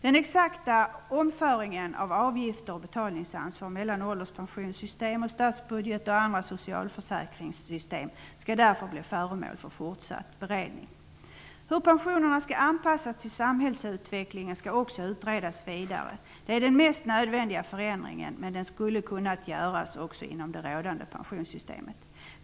Den exakta växlingen av avgifter och betalningsansvar mellan ålderspensionssystem, statsbudget och andra socialförsäkringssystem skall därför bli föremål för fortsatt beredning. Hur pensionerna skall anpassas till samhällsutvecklingen skall också utredas vidare. Detta är den mest nödvändiga förändringen, men förändringen hade varit möjlig också inom det rådande pensionssystemet.